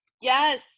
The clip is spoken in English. Yes